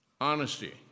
honesty